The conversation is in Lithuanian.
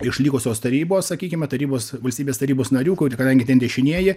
iš likusios tarybos sakykime tarybos valstybės tarybos narių kadangi ten dešinieji